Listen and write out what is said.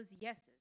yeses